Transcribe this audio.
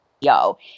yo